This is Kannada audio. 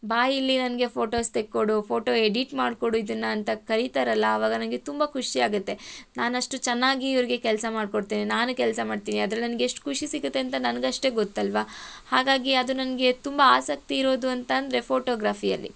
ಬಾ ಇಲ್ಲಿ ನನಗೆ ಫೋಟೋಸ್ ತೆಕ್ಕೊಡು ಫೋಟೊ ಎಡಿಟ್ ಮಾಡಿಲೊಡು ಇದನ್ನು ಅಂತ ಕರೀತಾರಲ್ಲ ಆವಾಗ ನನಗೆ ತುಂಬ ಖುಷಿ ಆಗುತ್ತೆ ನಾನಷ್ಟು ಚೆನ್ನಾಗಿ ಇವ್ರಿಗೆ ಕೆಲಸ ಮಾಡ್ಕೊಡ್ತೀನಿ ನಾನು ಕೆಲಸ ಮಾಡ್ತೀನಿ ಅದ್ರಲ್ಲಿ ನನ್ಗೆ ಎಷ್ಟು ಖುಷಿ ಸಿಗುತ್ತೆ ಅಂತ ನನಗಷ್ಟೇ ಗೊತ್ತಲ್ಲವಾ ಹಾಗಾಗಿ ಅದು ನನಗೆ ತುಂಬ ಆಸಕ್ತಿ ಇರೋದು ಅಂತಂದರೆ ಫೋಟೋಗ್ರಾಫಿಯಲ್ಲಿ